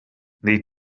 need